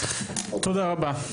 תודה רבה.